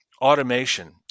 automation